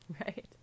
right